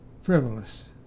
frivolous